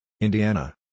Indiana